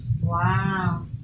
wow